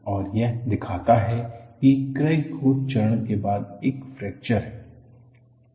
और यह दिखाता है कि क्रैक ग्रोथ चरण के बाद एक फ्रैक्चर है